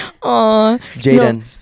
Jaden